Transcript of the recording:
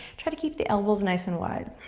try to keep the elbows nice and wide.